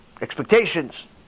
Expectations